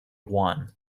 one